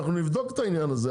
נבדוק את העניין הזה.